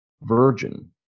Virgin